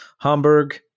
Hamburg